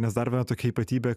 nes dar viena tokia ypatybė